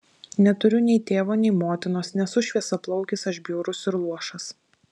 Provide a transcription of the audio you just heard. neturiu nei tėvo nei motinos nesu šviesiaplaukis aš bjaurus ir luošas